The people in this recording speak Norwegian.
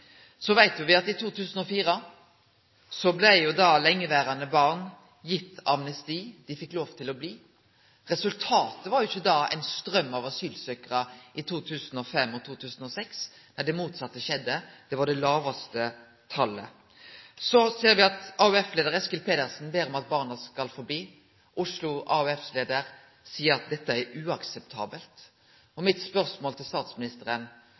veit at i 2004 blei lengeverande barn gitt amnesti – dei fekk lov til å bli. Resultatet var ikkje ein straum av asylsøkjarar i 2005 og 2006. Nei, det motsette skjedde – me fekk dei lågaste tala. Så ser me at AUF-leiar Eskil Pedersen ber om at barna skal få bli, og Oslo AUFs leiar seier at dette er uakseptabelt. Mitt spørsmål til statsministeren